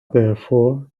therefore